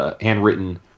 handwritten